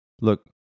Look